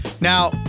Now